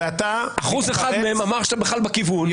אחוז אחד מהם אמר שאתה בכיוון,